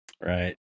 right